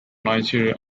nigeria